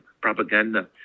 propaganda